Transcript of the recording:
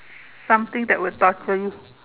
something that will torture you